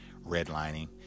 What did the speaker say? redlining